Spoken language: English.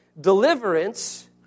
deliverance